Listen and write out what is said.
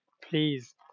please